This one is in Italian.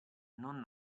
non